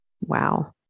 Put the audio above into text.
Wow